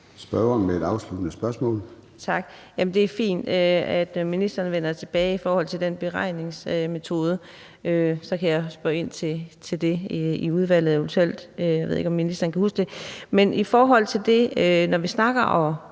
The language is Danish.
Spørgeren med et afsluttende spørgsmål. Kl. 13:31 Karina Adsbøl (DD): Det er fint, at ministeren vender tilbage i forhold til den beregningsmetode. Så kan jeg spørge ind til det i udvalget eventuelt. Jeg ved ikke, om ministeren husker det. Men når vi snakker om